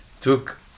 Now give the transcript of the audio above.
took